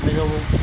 மிகவும்